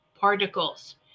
particles